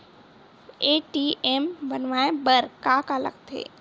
ATM बनवाय बर का का लगथे?